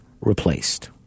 replaced